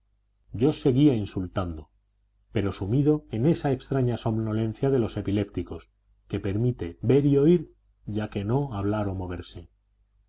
yo seguía insultando pero sumido en esa extraña somnolencia de los epilépticos que permite ver y oír ya que no hablar o moverse